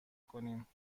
کنیم